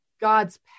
God's